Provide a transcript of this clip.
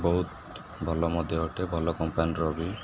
ବହୁତ ଭଲ ମଧ୍ୟ ଅଟେ ଭଲ କମ୍ପାନୀର ବି